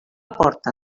porta